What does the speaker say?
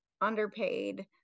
underpaid